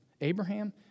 Abraham